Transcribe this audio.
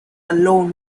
alone